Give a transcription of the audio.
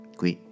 qui